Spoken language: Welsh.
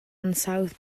ansawdd